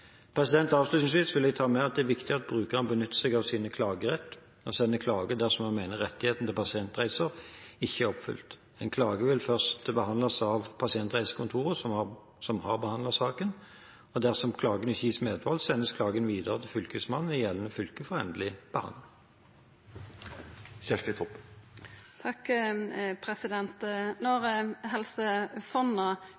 Avslutningsvis vil jeg ta med at det er viktig at brukerne benytter seg av sin klagerett og sender klage dersom man mener rettighetene til pasientreiser ikke er oppfylt. En klage vil først behandles av det pasientreisekontoret som har behandlet saken. Dersom klager ikke gis medhold, sendes klagen videre til fylkesmannen i gjeldende fylke for endelig behandling.